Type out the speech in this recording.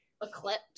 Eclipse